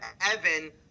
Evan